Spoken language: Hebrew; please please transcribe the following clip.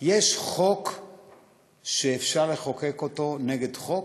יש חוק שאפשר לחוקק אותו נגד חוק?